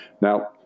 Now